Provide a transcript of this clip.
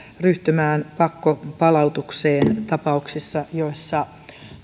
ryhtymään pakkopalautukseen tapauksissa joissa